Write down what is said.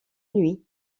nuit